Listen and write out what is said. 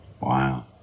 Wow